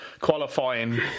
qualifying